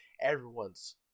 Everyone's